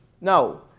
No